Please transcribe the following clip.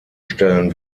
stellen